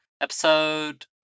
Episode